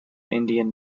indian